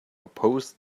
oppose